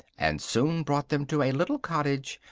and soon brought them to a little cottage,